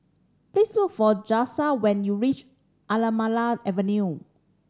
please look for Jalisa when you reach Anamalai Avenue